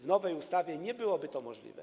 W nowej ustawie nie byłoby to możliwe.